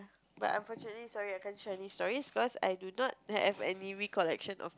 but unfortunately sorry I can't Chinese stories because I do not have any recollection of